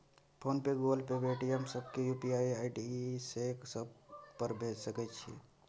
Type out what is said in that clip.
Phone पे, Google Pay, Paytm, सब के UPI से सब पर भेज सके छीयै?